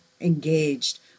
engaged